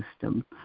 system